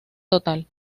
total